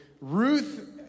Ruth